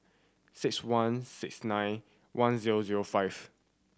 six one six nine one zero zero five